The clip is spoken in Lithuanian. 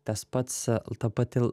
tas pats ta pati